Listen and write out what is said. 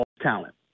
talent